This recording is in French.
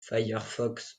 firefox